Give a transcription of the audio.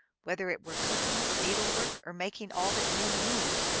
whether it were cooking, needle-work, or making all that men need.